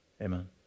Amen